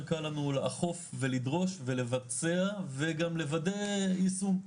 קל לנו לאכוף ולדרוש ולבצע וגם לוודא יישום.